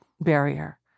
barrier